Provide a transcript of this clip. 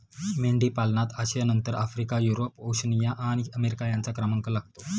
मेंढीपालनात आशियानंतर Africa, Europe, Oceania आणि अमेरिका यांचा क्रमांक लागतो